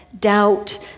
doubt